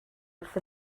wrth